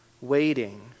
waiting